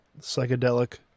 psychedelic